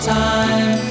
time